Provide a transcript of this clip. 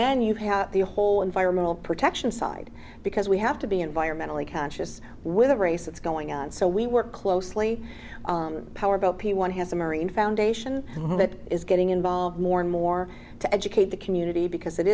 then you have the whole environmental protection side because we have to be environmentally conscious with the race that's going on so we work closely powerboat p one has a marine foundation that is getting involved more and more to educate the community because